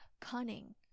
cunning